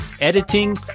editing